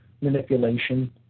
manipulation